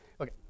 Okay